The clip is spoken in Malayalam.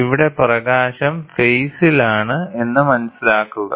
ഇവിടെ പ്രകാശം ഫേസിലാണ് എന്ന് മനസിലാക്കുക